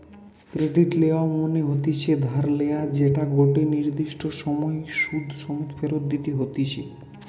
credit লেওয়া মনে হতিছে ধার লেয়া যেটা গটে নির্দিষ্ট সময় সুধ সমেত ফেরত দিতে হতিছে